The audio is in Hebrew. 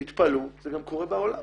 תתפלאו, זה גם קורה בעולם.